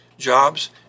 jobs